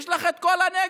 יש לך את כל הנגב.